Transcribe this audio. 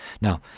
Now